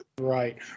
Right